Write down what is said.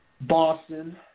Boston